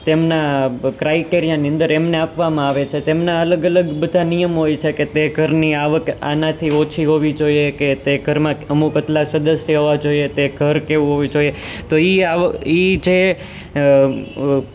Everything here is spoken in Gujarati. તેમના ક્રાઇટેરિયાની અંદર એમને આપવામાં આવે છે તેમના અલગ અલગ બધા નિયમ હોય છે કે તે ઘરની આવક આનાથી ઓછી હોવી જોઈએ કે તે ઘરમાં અમુક આટલા સદસ્યો હોવા જોઈએ તે ઘર કેવું હોવું જોઈએ તો એ આવક એ જે